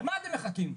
למה אתם מחכים?